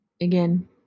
again